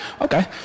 Okay